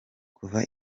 kuva